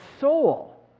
soul